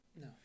No